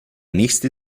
nächste